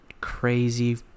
crazy